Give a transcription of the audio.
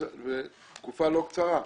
לתקופה לא קצרה.